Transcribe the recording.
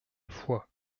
foix